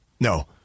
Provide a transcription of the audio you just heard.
No